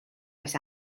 oes